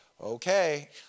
okay